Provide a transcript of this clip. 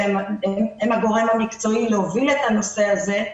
שהם הגורם המקצועי להוביל את הנושא הזה.